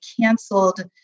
canceled